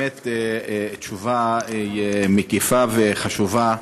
באמת תשובה מקיפה וחשובה,